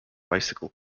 bicycle